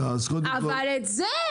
אבל את זה?